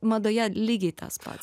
madoje lygiai tas pats